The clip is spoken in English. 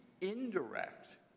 indirect